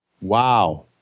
Wow